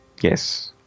Yes